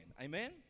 Amen